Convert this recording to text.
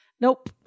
nope